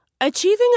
Achieving